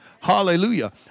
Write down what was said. Hallelujah